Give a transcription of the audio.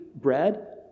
bread